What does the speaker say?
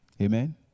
Amen